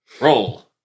Roll